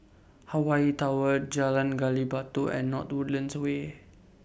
Hawaii Tower Jalan Gali Batu and North Woodlands Way